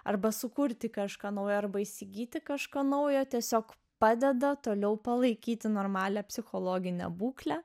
arba sukurti kažką naujo arba įsigyti kažką naujo tiesiog padeda toliau palaikyti normalią psichologinę būklę